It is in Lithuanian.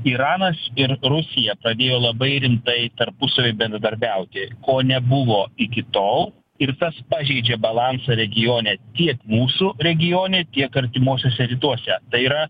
iranas ir rusija pradėjo labai rimtai tarpusavy bendradarbiauti ko nebuvo iki tol ir tas pažeidžia balansą regione tiek mūsų regione tiek artimuosiuose rytuose tai yra